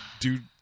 dude